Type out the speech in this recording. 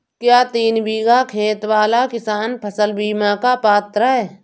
क्या तीन बीघा खेत वाला किसान फसल बीमा का पात्र हैं?